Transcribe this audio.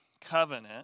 covenant